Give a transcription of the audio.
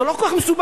זה לא כל כך מסובך.